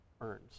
earns